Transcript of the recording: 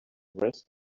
rest